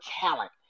talent